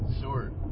short